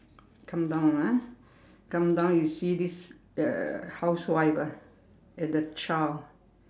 come down ah come down you see this the housewife ah and the child